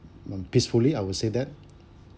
um peacefully I would say that